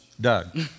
Doug